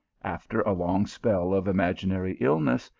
after a long spell of imaginary illness,